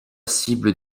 cible